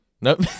Nope